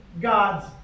God's